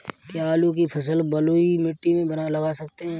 क्या आलू की फसल बलुई मिट्टी में लगा सकते हैं?